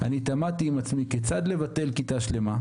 אני תמהתי עם עצמי כיצד לבטל כיתה שלמה,